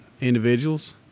individuals